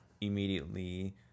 immediately